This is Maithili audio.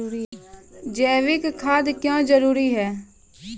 जैविक खाद क्यो जरूरी हैं?